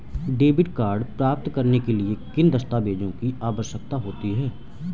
Debit card प्राप्त करने के लिए किन दस्तावेज़ों की आवश्यकता होती है?